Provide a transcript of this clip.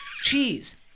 cheese